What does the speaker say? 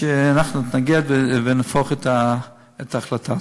שאנחנו נתנגד ונהפוך את ההחלטה.